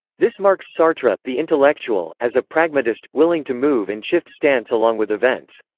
this marks sartre, the intellectual, as a pragmatist, willing to move and shift stance along with events.